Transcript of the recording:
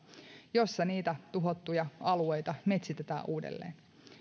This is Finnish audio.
jossa niitä tuhottuja alueita metsitetään uudelleen